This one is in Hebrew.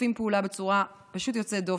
שמשתפים פעולה בצורה פשוט יוצאת דופן,